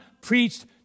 preached